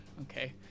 okay